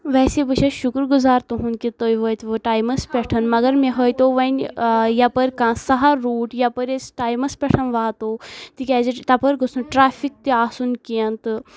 ویسے بہٕ چھس شُکر گُزار تُہنٛد کہ تُہۍ وٲتوٕ ٹایمس پٮ۪ٹھ مگر مےٚ ہٲیتَو وۄنۍ یپٲر کانٛہہ سہل روٗٹ یپٲر أسۍ ٹایمس پٮ۪ٹھ واتو تِکیازِ تپٲر گوٚژھ نہٕ ٹریفِک تہِ آسُن کیٚنٛہہ تہٕ